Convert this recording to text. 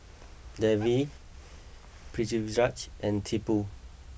Devi Pritiviraj and Tipu